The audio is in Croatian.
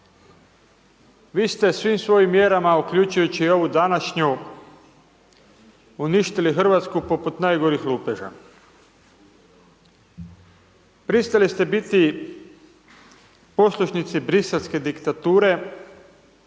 Vi ste svim svojim mjerama, uključujući i ovu današnju uništili RH poput najgorih lupeža. Pristali ste biti poslušnici Briselske diktature,